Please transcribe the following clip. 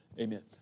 amen